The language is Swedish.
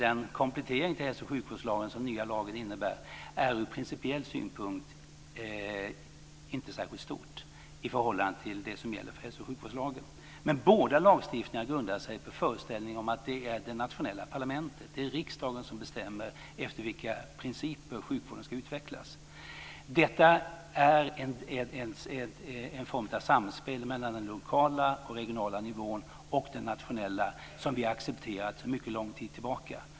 Den komplettering till hälso och sjukvårdslagen som den nya lagen innebär är ur principiell synpunkt inte särskilt stor i förhållande till det som gäller enligt hälso och sjukvårdslagen. Båda lagstiftningarna grundar sig på föreställningen att det är det nationella parlamentet, riksdagen, som bestämmer efter vilka principer sjukvården ska utvecklas. Detta är en form av samspel mellan den lokala nivån, den regionala nivån och den nationella nivån som vi accepterat sedan mycket lång tid tillbaka.